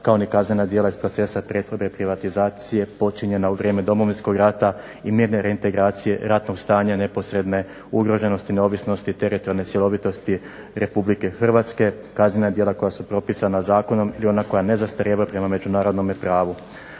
kao ni kaznena djela iz procesa pretvorbe i privatizacije počinjena u vrijeme Domovinskog rata i mirne reintegracije ratnog stanja neposredne ugroženosti neovisnosti teritorijalne cjelovitosti Republike Hrvatske, kaznena djela koja su propisana zakonom i ona koja ne zastarijevaju prema međunarodnom pravu.